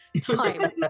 time